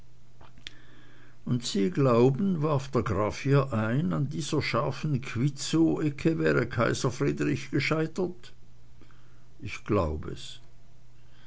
und sie glauben warf der graf hier ein an dieser scharfen quitzow ecke wäre kaiser friedrich gescheitert ich glaub es